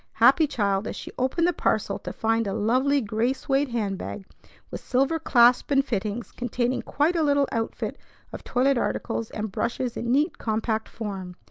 happy child as she opened the parcel to find a lovely gray suede hand-bag with silver clasp and fittings, containing quite a little outfit of toilet articles and brushes in neat, compact form.